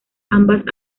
ambas